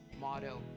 motto